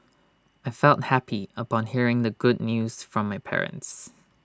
I felt happy upon hearing the good news from my parents